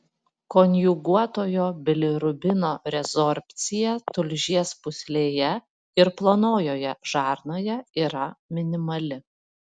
konjuguotojo bilirubino rezorbcija tulžies pūslėje ir plonojoje žarnoje yra minimali